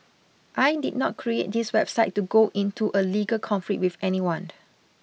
I did not create this website to go into a legal conflict with anyone